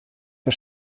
für